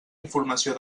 informació